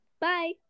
bye